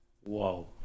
Whoa